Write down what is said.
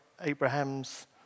Abraham's